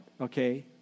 okay